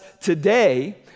today